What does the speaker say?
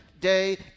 day